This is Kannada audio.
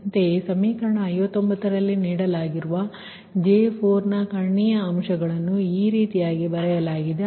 ಅಂತೆಯೇ ಸಮೀಕರಣ 59 ರಲ್ಲಿ ನೀಡಲಾಗಿರುವ J4 ನ ಕರ್ಣೀಯ ಅಂಶಗಳನ್ನು ಈ ರೀತಿ ಬರೆಯಲಾಗಿದೆ